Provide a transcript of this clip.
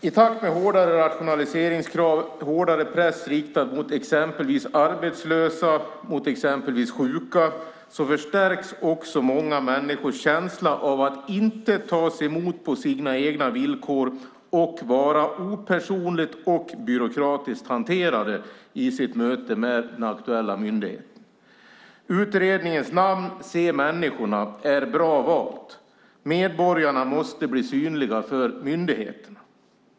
I takt med hårdare rationaliseringskrav och hårdare press riktad mot exempelvis arbetslösa och sjuka förstärks många människors känsla av att inte tas emot på sina egna villkor och av att vara opersonligt och byråkratiskt hanterade i mötet med den aktuella myndigheten. Utredningens namn - Se medborgarna - för bättre offentlig service - är bra valt. Medborgarna måste bli synliga för myndigheterna.